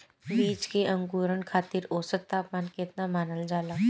बीज के अंकुरण खातिर औसत तापमान केतना मानल जाला?